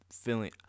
feeling